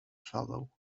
shallow